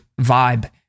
vibe